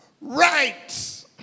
Right